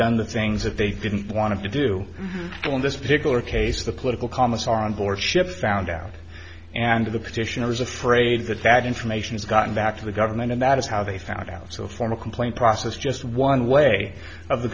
done the things that they didn't want to do in this particular case the political commissar on board ships found out and the petitioners afraid that that information is gotten back to the government and that is how they found out so a formal complaint process just one way of the